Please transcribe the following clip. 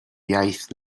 iaith